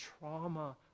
trauma